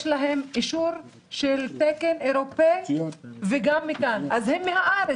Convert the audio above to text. להם אישור של תקן אירופאי וגם תקן ישראלי.